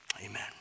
Amen